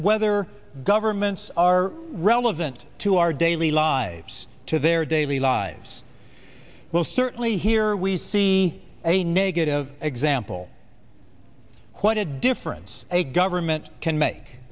whether governments are relevant to our daily lives to their daily lives well certainly here we see a negative example of what a difference a government can make